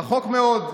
רחוק מאוד.